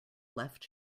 left